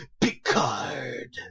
Picard